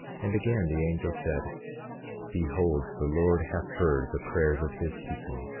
and again, the angel said behold, the lord hath heard the prayers of his people,